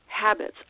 habits